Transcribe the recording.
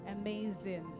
Amazing